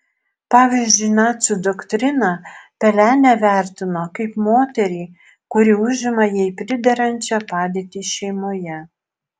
pavyzdžiui nacių doktrina pelenę vertino kaip moterį kuri užima jai priderančią padėtį šeimoje